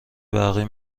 برقی